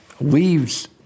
leaves